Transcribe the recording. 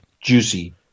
juicy